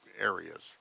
areas